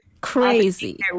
Crazy